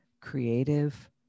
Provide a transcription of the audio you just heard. Creative